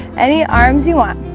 any arms you want